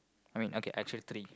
I mean okay I choose three